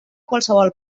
qualsevol